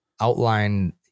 outline